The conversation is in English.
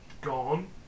gone